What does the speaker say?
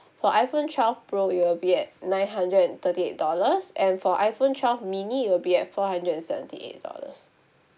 for iPhone twelve pro it will be at nine hundred and thirty eight dollars and for iPhone twelve mini it will be at four hundred and seventy eight dollars